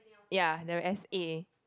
ya they are S_A